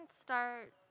start